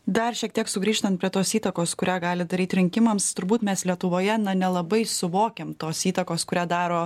dar šiek tiek sugrįžtant prie tos įtakos kurią gali daryt rinkimams turbūt mes lietuvoje na nelabai suvokiam tos įtakos kurią daro